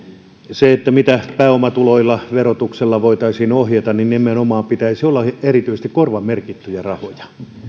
mitä pääomatuloilla verotuksella voitaisiin ohjata niin nimenomaan niiden pitäisi olla erityisesti korvamerkittyjä rahoja